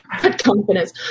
Confidence